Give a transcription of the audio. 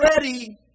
ready